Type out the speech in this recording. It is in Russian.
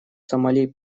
сомали